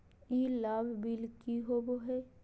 ई लाभ बिल की होबो हैं?